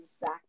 back